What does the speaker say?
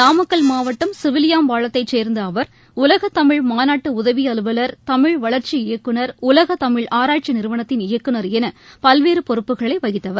நாமக்கல் மாவட்டம் சிவிலியாம்பாளையத்தைச் சேர்ந்த அவர் உலகத்தமிழ் மாநாட்டு உதவி அலுவல் தமிழ் வளர்ச்சி இயக்குநர் உலகத் தமிழ் ஆராய்ச்சி நிறுவனத்தின் இயக்குநர் என பல்வேறு பொறுப்புகளை வகித்தவர்